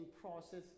process